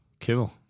cool